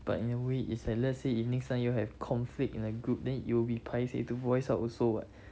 but in a way it's like let's say if next time you all have conflict in a group then you will be paiseh to voice out also [what]